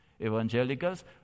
Evangelicals